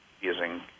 using